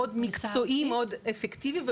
מקצועי ואפקטיבי מאוד,